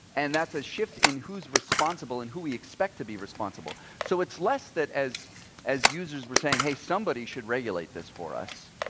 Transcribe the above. and that's a shift in who's responsible and who we expect to be responsible. so it's less that, as as users we're saying, hey somebody should regulate this for us,